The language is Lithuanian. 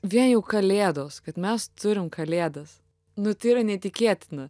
vėjų kalėdos kad mes turim kalėdas nu tai yra neįtikėtina